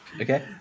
Okay